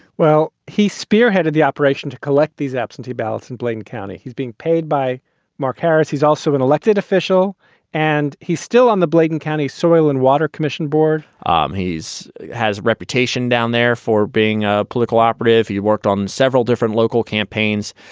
well, he spearheaded the operation to collect these absentee ballots in blaine county. he's being paid by mark harris. he's also an elected official and he's still on the bladen county soil and water commission board um he's has reputation down there for being a political operative who worked on several different local campaigns.